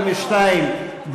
42,